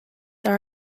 are